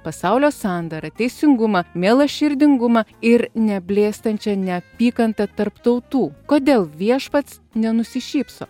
pasaulio sandarą teisingumą mielą širdingumą ir neblėstančią neapykantą tarp tautų kodėl viešpats nenusišypso